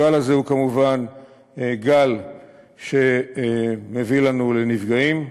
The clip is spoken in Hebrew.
הגל הזה כמובן מביא לנו נפגעים,